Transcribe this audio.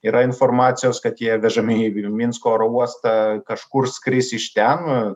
yra informacijos kad jie vežami į minsko oro uostą kažkur skris iš ten